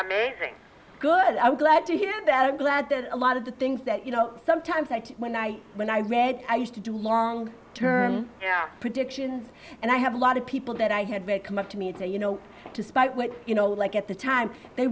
amazing good i'm glad to hear that i'm glad that a lot of the things that you know sometimes when i when i read i used to do long term predictions and i have a lot of people that i had may come up to me to you know despite what you know like at the time they